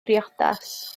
briodas